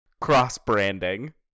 Cross-branding